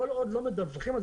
כל עוד לא מדווחים,